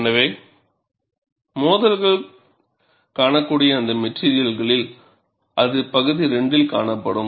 எனவே மோதல்கள் காணக்கூடிய அந்த மெட்டிரியல்களில் அது பகுதி 2 இல் காணப்படும்